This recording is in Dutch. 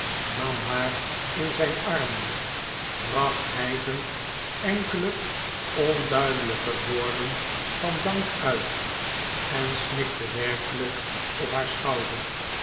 nam haar in zijn armen bracht hijgend enkele onduidelijke woorden van dank uit en snikte werkelijk op haar schouder